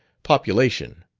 population.